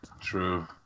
True